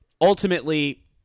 ultimately